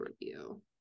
review